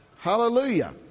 Hallelujah